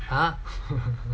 ah